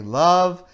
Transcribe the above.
love